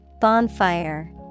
Bonfire